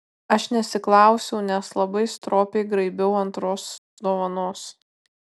aš nesiklausiau nes labai stropiai graibiau antros dovanos